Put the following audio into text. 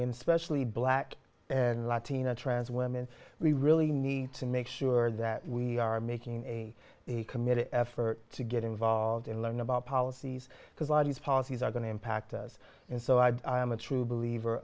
and especially black and latino trans women we really need to make sure that we are making a committed effort to get involved and learn about policies because our these policies are going to impact us and so i be i am a true believer